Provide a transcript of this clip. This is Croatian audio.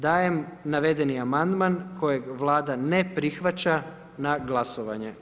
Dajem navedeni Amandman kojeg Vlada ne prihvaća, na glasovanje.